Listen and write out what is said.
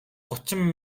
гучин